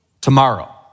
tomorrow